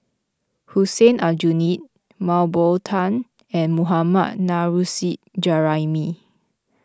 Hussein Aljunied Mah Bow Tan and Mohammad Nurrasyid Juraimi